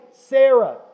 Sarah